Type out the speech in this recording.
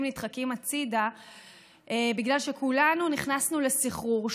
נדחקים הצידה בגלל שכולנו נכנסנו לסחרור,